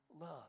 love